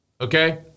Okay